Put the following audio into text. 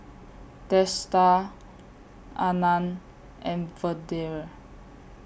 Teesta Anand and Vedre